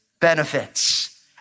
benefits